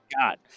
God